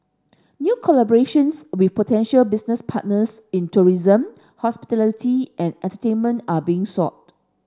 new collaborations with potential business partners in tourism hospitality and entertainment are being sought